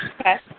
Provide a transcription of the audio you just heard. Okay